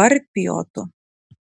varpiotu